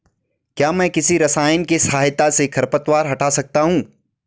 क्या मैं किसी रसायन के सहायता से खरपतवार हटा सकता हूँ?